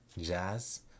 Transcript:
jazz